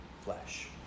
flesh